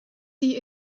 die